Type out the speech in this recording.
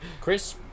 Chris